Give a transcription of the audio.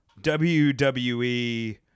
WWE